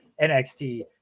nxt